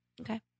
Okay